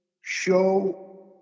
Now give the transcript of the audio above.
show